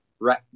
right